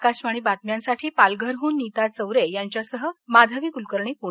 आकाशवाणी बातम्यांसाठी पालघरहून नीतू चौरे यांच्यासह माधवी क्लकर्णी पुणे